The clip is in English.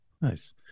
Nice